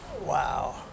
Wow